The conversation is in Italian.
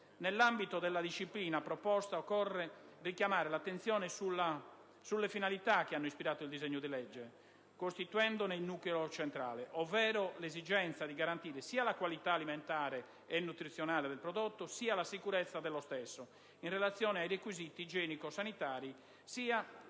Nell'ambito della disciplina proposta occorre richiamare l'attenzione sulle finalità che hanno ispirato il disegno di legge, costituendone il nucleo centrale, ovvero l'esigenza di garantire sia la qualità alimentare e nutrizionale del prodotto, sia la sicurezza dello stesso, in relazione ai requisiti igienico-sanitari, sia